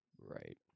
Right